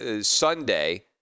Sunday